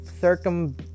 circum